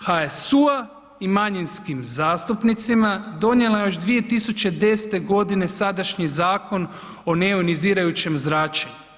HSU-a i manjinskim zastupnicima donijela je još 2010.g. sadašnji Zakon o neionizirajućem zračenju.